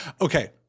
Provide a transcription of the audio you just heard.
Okay